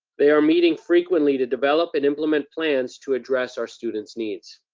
they are meeting frequently to develop and implement plans to address our students' needs.